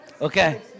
Okay